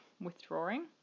withdrawing